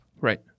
Right